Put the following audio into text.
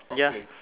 ya